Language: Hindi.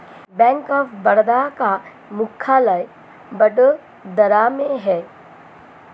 बैंक ऑफ बड़ौदा का मुख्यालय वडोदरा में है